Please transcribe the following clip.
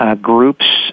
Groups